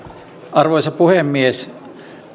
arvoisa puhemies